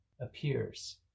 appears